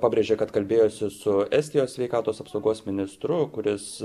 pabrėžė kad kalbėjosi su estijos sveikatos apsaugos ministru kuris